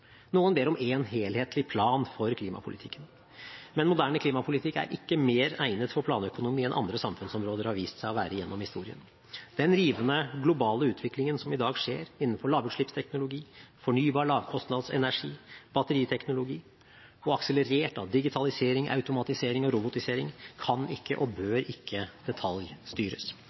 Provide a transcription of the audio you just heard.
Noen ber om én, helhetlig plan for klimapolitikken. Men moderne klimapolitikk er ikke mer egnet for planøkonomi enn andre samfunnsområder har vist seg å være gjennom historien. Den rivende globale utvikling som i dag skjer innenfor lavutslippsteknologi, fornybar lavkostnadsenergi og batteriteknologi, akselerert av digitalisering, automatisering og robotisering, kan ikke og bør ikke detaljstyres.